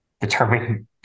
determining